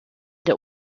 der